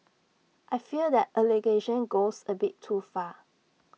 I fear that allegation goes A bit too far